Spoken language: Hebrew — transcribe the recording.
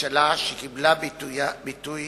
ממשלה שקיבלה ביטוי